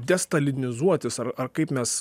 destalidinizuotis ar ar kaip mes